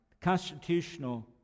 Constitutional